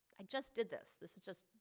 i just did this. this is just,